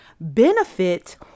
benefit